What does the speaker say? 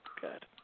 good